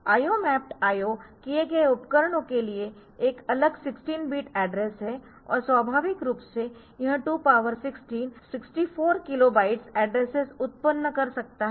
IO mapped किए गए उपकरणों के लिए एक अलग 16 बिट एड्रेस है और स्वाभाविक रूप से यह 216 64 किलो बाइट्स एड्रेसेस उत्पन्न कर सकता है